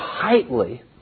tightly